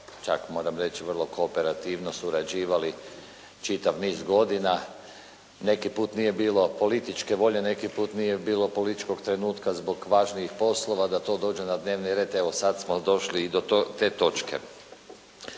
čak moram reći vrlo kooperativno surađivali čitav niz godina. Neki puta nije bilo političke volje, neki put nije bilo političkog trenutka zbog važnijih poslova da to dođe na dnevni red, evo sada smo došli i do te točke.